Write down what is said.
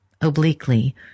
obliquely